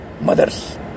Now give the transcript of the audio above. mothers